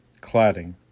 cladding